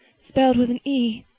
spelled with an e,